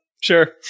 sure